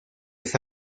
las